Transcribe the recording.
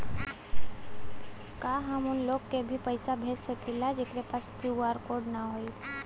का हम ऊ लोग के भी फोन से पैसा भेज सकीला जेकरे पास क्यू.आर कोड न होई?